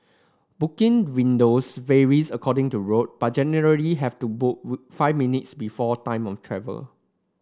booking windows varies according to route but generally have to booked five minutes before time of travel